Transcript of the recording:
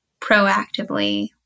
proactively